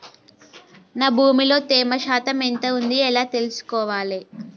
నా భూమి లో తేమ శాతం ఎంత ఉంది ఎలా తెలుసుకోవాలే?